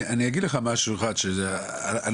אני אגיד לך משהו: אנחנו,